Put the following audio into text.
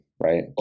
right